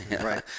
Right